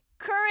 current